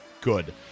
good